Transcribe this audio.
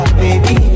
baby